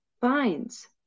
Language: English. finds